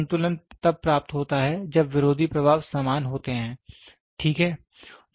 संतुलन तब प्राप्त होता है जब विरोधी प्रभाव समान होते हैं ठीक है